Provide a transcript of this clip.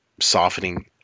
softening